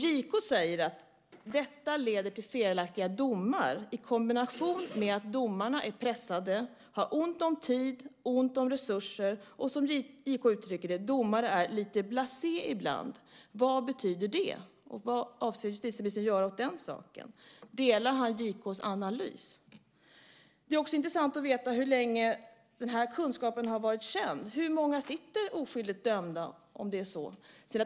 JK säger att detta leder till felaktiga domar i kombination med att domarna är pressade, har ont om tid och ont om resurser. Som JK uttrycker det: Domare är lite blasé ibland. Vad betyder det? Vad avser justitieministern att göra åt den saken? Instämmer justitieministern i JK:s analys? Det är också intressant att veta hur länge kunskapen har varit känd. Hur många sitter oskyldigt dömda, om det är så?